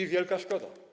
To wielka szkoda.